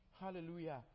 Hallelujah